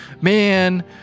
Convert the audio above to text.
man